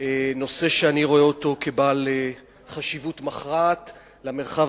נושא שאני רואה אותו כבעל חשיבות מכרעת למרחב